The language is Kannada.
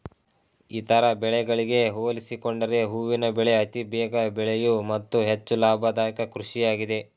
ಇತರ ಬೆಳೆಗಳಿಗೆ ಹೋಲಿಸಿಕೊಂಡರೆ ಹೂವಿನ ಬೆಳೆ ಅತಿ ಬೇಗ ಬೆಳೆಯೂ ಮತ್ತು ಹೆಚ್ಚು ಲಾಭದಾಯಕ ಕೃಷಿಯಾಗಿದೆ